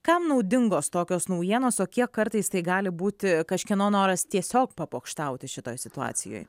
kam naudingos tokios naujienos o kiek kartais tai gali būti kažkieno noras tiesiog papokštauti šitoj situacijoj